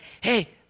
hey